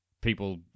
people